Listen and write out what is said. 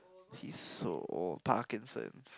he's so old Parkinson's